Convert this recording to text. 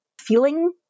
feeling